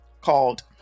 called